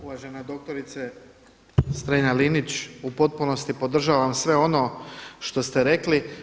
Uvažena doktorice Strenja-Linić u potpunosti podržavam sve ono što ste rekli.